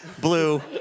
blue